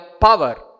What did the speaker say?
power